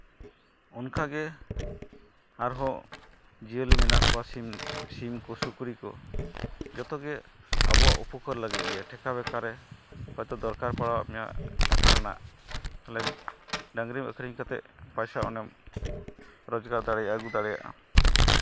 ᱚᱱᱠᱟᱜᱮ ᱟᱨᱦᱚᱸ ᱡᱤᱭᱟᱹᱞᱤ ᱢᱮᱱᱟᱜ ᱠᱚᱣᱟ ᱥᱤᱢ ᱠᱚ ᱥᱩᱠᱨᱤ ᱠᱚ ᱡᱚᱛᱚᱜᱮ ᱟᱵᱚᱣᱟᱜ ᱩᱯᱚᱠᱟᱨ ᱞᱟᱹᱜᱤᱫ ᱜᱮ ᱴᱷᱮᱠᱟ ᱵᱮᱠᱟᱨᱮ ᱦᱚᱭᱛᱳ ᱫᱚᱨᱠᱟᱨ ᱯᱟᱲᱟᱣᱟᱜ ᱢᱮᱭᱟ ᱴᱟᱠᱟ ᱨᱮᱱᱟᱜ ᱛᱟᱦᱞᱮ ᱰᱟᱹᱝᱨᱤ ᱟᱹᱠᱷᱨᱤᱧ ᱠᱟᱛᱮᱫ ᱯᱚᱭᱥᱟ ᱚᱸᱰᱮᱢ ᱨᱳᱡᱽᱜᱟᱨ ᱫᱟᱲᱮᱭᱟᱜᱼᱟ ᱟᱹᱜᱩ ᱫᱟᱲᱮᱭᱟᱜᱼᱟ